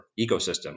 ecosystem